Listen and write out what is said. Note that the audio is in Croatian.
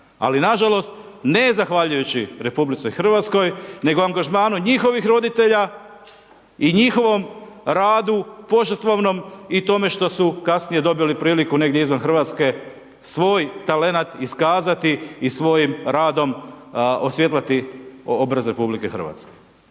Ali nažalost, ne zahvaljujući RH, nego angažmanu njihovih roditelja i njihovom radu, požrtvovanom i tome što su kasnije dobili priliku negdje izvan RH, svoj talent iskazati i svojim radom osvijetliti obraz RH.